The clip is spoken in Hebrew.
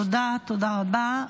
תודה רבה.